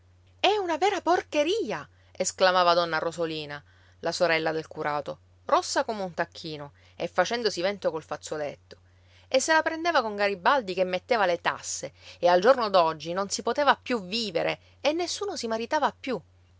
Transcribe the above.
è una vera porcheria esclamava donna rosolina la sorella del curato rossa come un tacchino e facendosi vento col fazzoletto e se la prendeva con garibaldi che metteva le tasse e al giorno d'oggi non si poteva più vivere e nessuno si maritava più